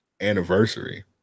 anniversary